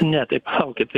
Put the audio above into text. ne tai palaukit